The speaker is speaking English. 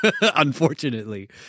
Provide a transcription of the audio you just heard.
unfortunately